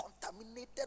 contaminated